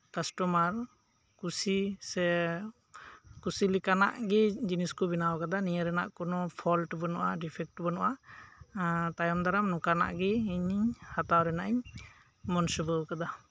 customer ᱠᱩᱥᱤ ᱥᱮ ᱠᱩᱥᱤ ᱞᱮᱠᱟᱱᱟᱜ ᱜᱤ ᱡᱤᱱᱤᱥ ᱠᱩ ᱵᱮᱱᱟᱣ ᱠᱟᱫᱟ ᱱᱤᱭᱟᱹ ᱨᱮᱱᱟᱜ ᱠᱚᱱᱚ ᱯᱷᱚᱞᱰ ᱵᱟᱹᱱᱩᱜ ᱟ ᱰᱤᱯᱷᱮᱠ ᱵᱟᱹᱱᱩᱜᱼᱟ ᱛᱟᱭᱚᱢ ᱫᱟᱨᱟᱢ ᱱᱚᱝᱠᱟᱱᱟᱜ ᱜᱮ ᱤᱧᱤᱧ ᱦᱟᱛᱟᱣ ᱨᱮᱱᱟᱜᱤᱧ ᱢᱚᱱᱥᱩᱵᱟᱹᱣ ᱟᱠᱟᱫᱟ